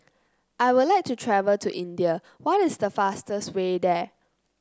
I would like to travel to India what is the fastest way there